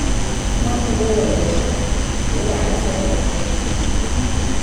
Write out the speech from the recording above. man pagailo bušo tai reakcija į jo pranešimą